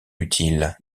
utile